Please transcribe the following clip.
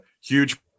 huge